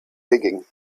digging